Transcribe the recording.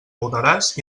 mudaràs